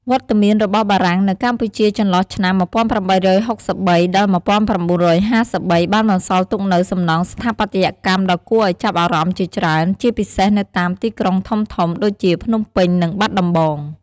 វត្តមានរបស់បារាំងនៅកម្ពុជាចន្លោះឆ្នាំ ១៨៦៣ ដល់ ១៩៥៣ បានបន្សល់ទុកនូវសំណង់ស្ថាបត្យកម្មដ៏គួរឱ្យចាប់អារម្មណ៍ជាច្រើន ជាពិសេសនៅតាមទីក្រុងធំៗដូចជាភ្នំពេញ និងបាត់ដំបង។